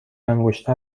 انگشتر